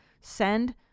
send